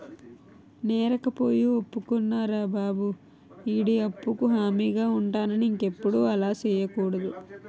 నేరకపోయి ఒప్పుకున్నారా బాబు ఈడి అప్పుకు హామీగా ఉంటానని ఇంకెప్పుడు అలా సెయ్యకూడదు